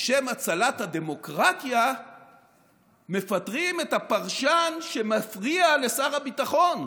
בשם הצלת הדמוקרטיה מפטרים את הפרשן שמפריע לשר הביטחון,